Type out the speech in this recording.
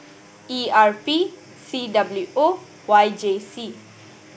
E R P C W O and Y J C